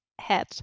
head